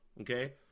okay